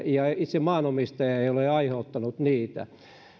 ja kun itse maanomistaja ei ole aiheuttanut niitä